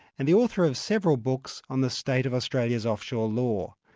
and the author of several books on the state of australia's offshore law,